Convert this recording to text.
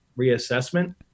reassessment